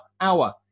Hour